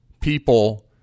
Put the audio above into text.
people